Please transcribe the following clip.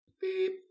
beep